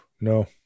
No